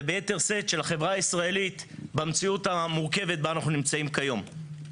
וביתר שאת של החברה הישראלית במציאות המורכבת בה אנחנו נמצאים כיום.